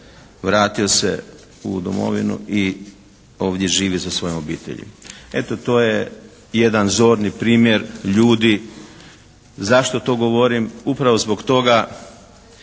vratio se u domovinu i ovdje živi sa svojom obitelji. Eto, to je jedan zorni primjer ljudi. Zašto to govorim? Upravo zbog toga